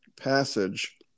passage